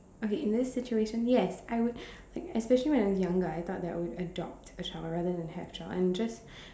okay in this situation yes I would like especially when I was younger I thought that I would adopt a child rather than have child and just